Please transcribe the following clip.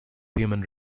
human